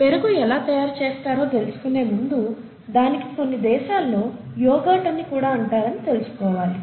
పెరుగు ఎలా తయారు చేస్తారో తెలుసుకునే ముందు దానికి కొన్ని దేశాల్లో యోగర్ట్ అని కూడా అంటారని తెలుసుకోవాలి